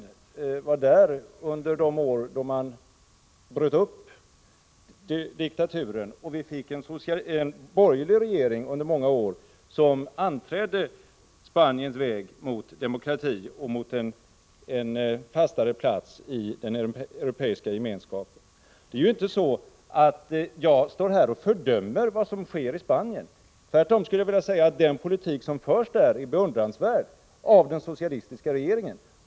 Jag var där under de år som man bröt upp diktaturen och under många år fick en borgerlig regering som anträdde Spaniens väg mot demokrati och mot en fastare plats i den europeiska gemenskapen. Jag står inte här och fördömer vad som sker i Spanien. Tvärtom skulle jag vilja säga att den politik som förs där av den socialistiska regeringen är beundransvärd.